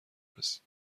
رسید